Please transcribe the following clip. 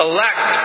Elect